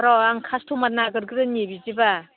र' आं कास्टमार नागिरग्रोनि बिदिब्ला